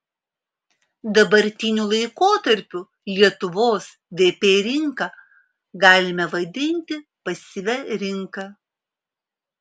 dabartiniu laikotarpiu lietuvos vp rinką galime vadinti pasyvia rinka